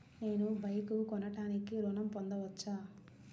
నేను బైక్ కొనటానికి ఋణం పొందవచ్చా?